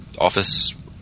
office